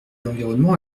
l’environnement